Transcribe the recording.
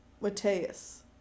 Mateus